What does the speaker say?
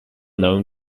known